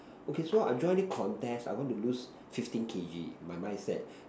okay so I join this contest I want to lose fifteen K_G my mind set